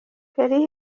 keri